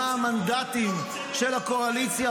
הציבור על 68 מנדטים של הקואליציה,